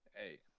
hey